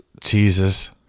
Jesus